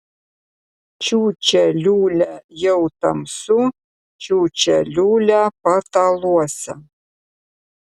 čiūčia liūlia jau tamsu čiūčia liūlia pataluose